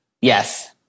Yes